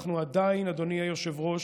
אנחנו עדיין, אדוני היושב-ראש,